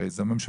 הרי זה הממשלה.